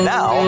Now